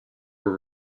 were